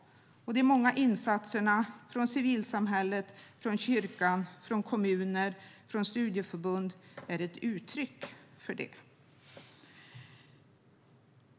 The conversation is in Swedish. De många insatserna från civilsamhället, kyrkan, kommuner och studieförbund är uttryck för det.